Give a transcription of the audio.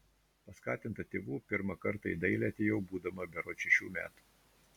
paskatinta tėvų pirmą kartą į dailę atėjau būdama berods šešių metų